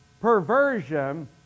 perversion